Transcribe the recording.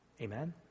Amen